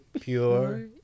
pure